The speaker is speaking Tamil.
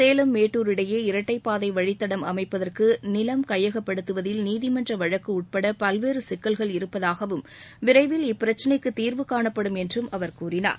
சேலம் மேட்டூர் இடையே இரட்டை பாதை வழித்தடம் அமைப்பதற்கு நிலம் கையகப்படுத்துவதில் நீதிமன்ற வழக்கு உட்பட பல்வேறு சிக்கல்கள் இருப்பதாகவும் விரைவில் இப்பிரச்சினைக்கு தீர்வு காணப்படும் என்றும் அவர் கூறினார்